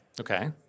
Okay